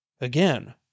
Again